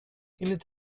enligt